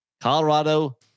Colorado